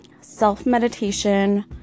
self-meditation